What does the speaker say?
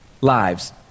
lives